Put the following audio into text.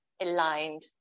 aligned